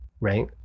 right